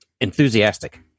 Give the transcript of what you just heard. enthusiastic